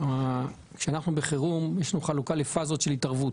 כשאנחנו בחירום, יש לנו חלוקה לפזות של התערבות.